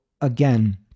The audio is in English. again